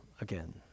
again